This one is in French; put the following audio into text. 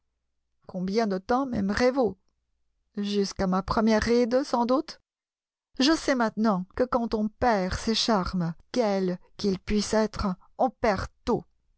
combien de temps m'aimerez vous jusqu'à ma première ride sans doute je sais maintenant que quand on perd ses charmes quels qu'ils puissent être on perd tout